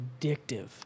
addictive